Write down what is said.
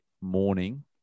morning